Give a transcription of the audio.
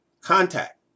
contact